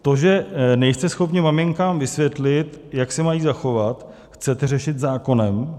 To, že nejste schopni maminkám vysvětlit, jak se mají zachovat, chcete řešit zákonem?